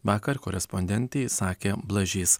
vakar korespondentei sakė blažys